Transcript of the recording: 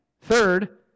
Third